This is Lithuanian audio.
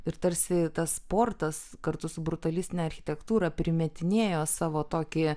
ir tarsi tas sportas kartu su brutalistine architektūra primetinėjo savo tokį